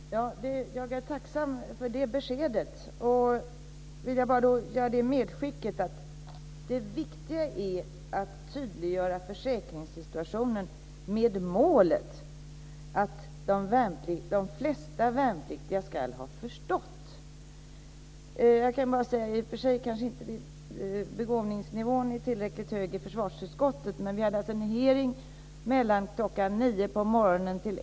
Herr talman! Jag är tacksam för det beskedet. Jag vill bara skicka med att det viktiga är att tydliggöra försäkringssituationen med målet att de flesta värnpliktiga ska ha förstått den. I och för sig kanske inte begåvningsnivån är tillräckligt hög i försvarsutskottet, men vi hade en hearing mellan kl. 9 på morgonen och kl.